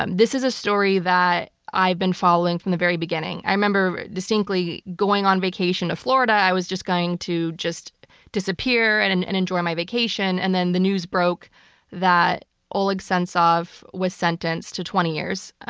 um this is a story that i've been following form the very beginning. i remember distinctly going on vacation to florida, i was just going to just disappear and and and enjoy my vacation and then the news broke that oleg sentsov was sentenced to twenty years.